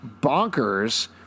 bonkers